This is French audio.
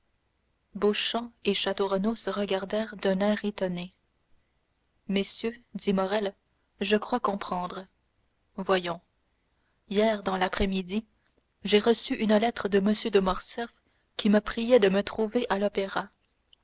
terrain beauchamp et château renaud se regardèrent d'un air étonné messieurs dit morrel je crois comprendre voyons hier dans l'après-midi j'ai reçu une lettre de m de morcerf qui me priait de me trouver à l'opéra